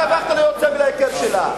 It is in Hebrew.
שהפכת להיות סמל ההיכר שלה.